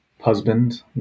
husband